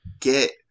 get